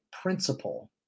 principle